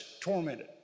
tormented